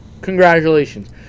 Congratulations